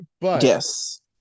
Yes